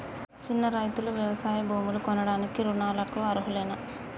చిన్న రైతులు వ్యవసాయ భూములు కొనడానికి రుణాలకు అర్హులేనా?